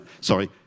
Sorry